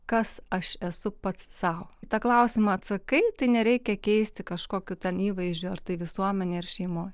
kas aš esu pats sau į tą klausimą atsakai tai nereikia keisti kažkokių ten įvaizdžio ar tai visuomenėj ar šeimoj